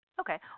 Okay